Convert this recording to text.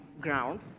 ground